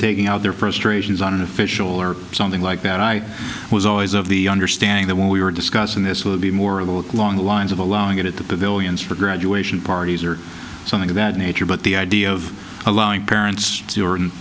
taking out their frustrations on an official or something like that i was always of the understanding that when we were discussing this would be more of a look along the lines of allowing it at the pavilions for graduation parties or something of that nature but the idea of allowing parents